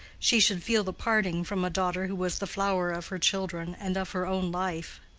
she should feel the parting from a daughter who was the flower of her children and of her own life.